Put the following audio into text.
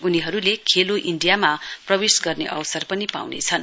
उनीहरूले खेलो इण्डियामा प्रवेश गर्ने अवसर पनि पाउनेछन्